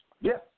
Yes